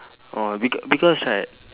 oh be~ because right